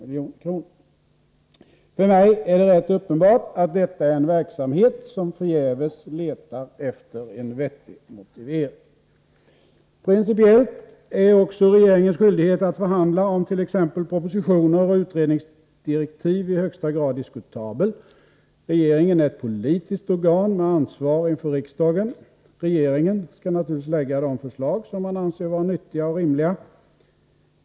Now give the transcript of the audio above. statsrådens tjänste För mig ärdet ätt uppenbart att detta är en verksamhet som förgäves letar utövning m.m. efter en vettig motivering. Principiellt är också regeringens skyldighet att förhandla om t.ex. propositioner och utredningsdirektiv i högsta grad diskutabel. Regeringen är ett politiskt organ med ansvar inför riksdagen. Regeringen skall naturligtvis fr ågor vid beredningen av rege lägga fram de förslag som man anser vara nyttiga och rimliga.